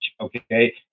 okay